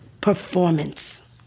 performance